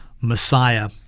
Messiah